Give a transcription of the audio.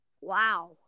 wow